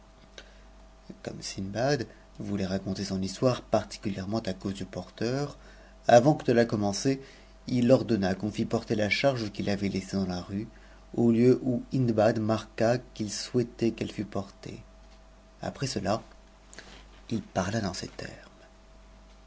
comme sindbad voulait raconter son histoire particulièremeat à cause du porteur avant que de a commencer it ordonna qu'on fit porter charge qu'il avait laissée dans la rue au lieu où hindbad marqua qu souhaitait qu'elle fut portée après cela il parla en ces termes